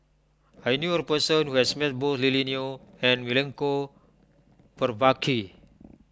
I knew a person who has met both Lily Neo and Milenko Prvacki